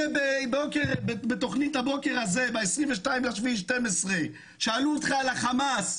הרי בתוכנית "הבוקר הזה" ב-22 ביולי 2012 שאלו אותך על החמאס,